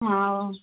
ହଉ